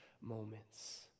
moments